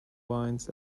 wines